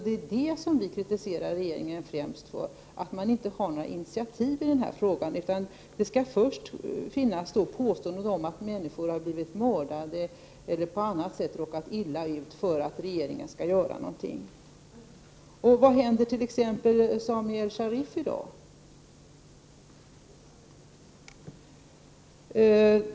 Det är det vi främst kritiserar regeringen för — att man inte har initiativ i denna fråga utan det skall först finnas påståenden om att människor har blivit mördade eller på annat sätt råkat illa ut. Vad händer med t.ex. Sami El-Sharif i dag?